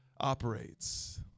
operates